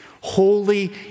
Holy